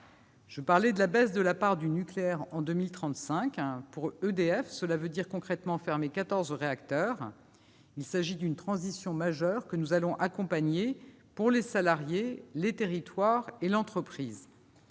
mentionné la baisse de la part du nucléaire en 2035. Pour EDF, cela signifie concrètement fermer quatorze réacteurs. Il s'agit d'une transition majeure, que nous allons accompagner, pour les salariés, les territoires et l'entreprise.